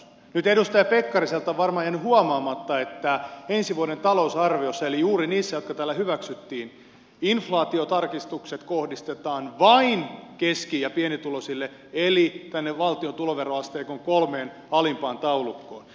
nyt edustaja pekkariselta on varmaan jäänyt huomaamatta että ensi vuoden talousarviossa eli juuri niissä jotka täällä hyväksyttiin inflaatiotarkistukset kohdistetaan vain keski ja pienituloisiin eli tänne valtion tuloveroasteikon kolmeen alimpaan taulukkoon